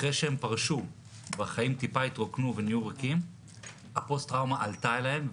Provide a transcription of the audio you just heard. אחרי שהם פרשו והחיים טיפה התרוקנו הפוסט-טראומה עלתה להם.